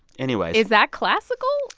anyway. is that classical?